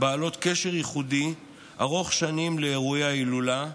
בעלות קשר ייחודי ארוך שנים לאירועי ההילולה,